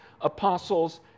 apostles